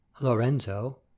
LORENZO